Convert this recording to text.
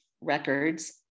records